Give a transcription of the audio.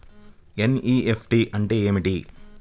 NEFT అంటే ఏమిటి?